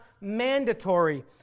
mandatory